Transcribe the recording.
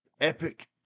Epic